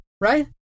right